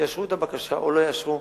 יאשרו את הבקשה או לא יאשרו,